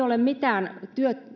ole mitään